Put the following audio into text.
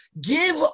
Give